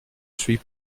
suis